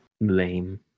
Lame